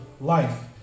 life